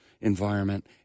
environment